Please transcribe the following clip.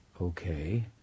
Okay